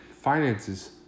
Finances